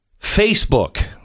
Facebook